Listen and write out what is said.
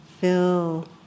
fill